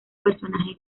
personaje